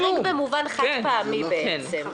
חריג מבחינת חד-פעמי בעצם.